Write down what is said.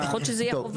אז לפחות שזה יהיה חובה.